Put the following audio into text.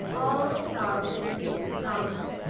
all astar with its youth and promise.